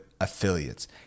affiliates